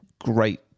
great